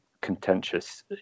contentious